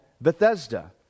Bethesda